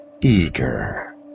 eager